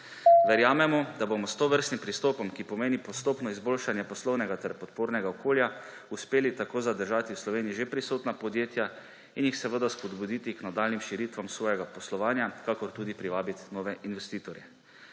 Verjamemo, da bomo s tovrstnim pristopom, ki pomeni postopno izboljšanje poslovnega ter podpornega okolja, uspeli tako zadržati v Sloveniji že prisotna podjetja in jih seveda spodbuditi k nadaljnjim širitvam svojega poslovanja, kakor tudi privabiti nove investitorje.